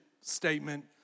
statement